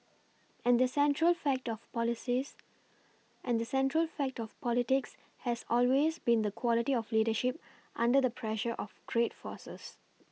and the central fact of policies and the central fact of politics has always been the quality of leadership under the pressure of great forces